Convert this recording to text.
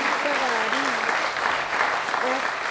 Ferrari F